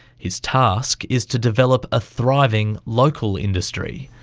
his task is to develop a thriving local industry.